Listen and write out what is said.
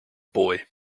boy